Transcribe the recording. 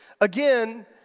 again